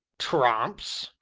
tramps!